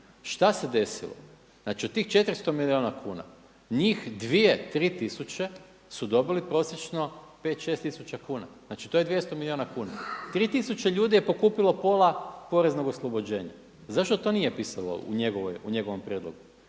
šta se desilo. Znači od tih 400 milijuna kuna njih 2, 3 tisuće su dobili prosječno 5, 6 tisuća kuna. Znači to j 200 milijuna kuna. 3000 ljudi je pokupilo pola poreznog oslobođenja. Zašto to nije pisalo u njegovom prijedlogu,